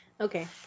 Okay